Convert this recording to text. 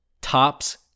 Tops